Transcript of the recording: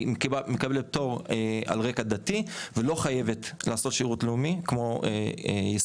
היא מקבלת פטור על רקע דתי ולא חייבת לעשות שירות לאומי כמו ישראליות,